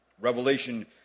Revelation